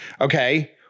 Okay